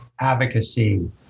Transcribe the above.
advocacy